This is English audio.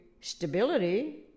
stability